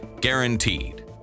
guaranteed